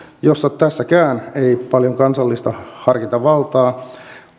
jossa tässäkään ei paljon kansallista harkintavaltaa